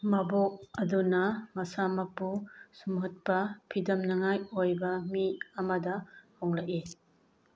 ꯃꯕꯣꯛ ꯑꯗꯨꯅ ꯃꯁꯥꯃꯛꯄꯨ ꯁꯨꯝꯍꯠꯄ ꯐꯤꯗꯝꯅꯉꯥꯏ ꯑꯣꯏꯕ ꯃꯤ ꯑꯃꯗ ꯍꯣꯡꯂꯛꯏ